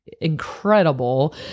incredible